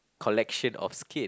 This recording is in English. collection of skin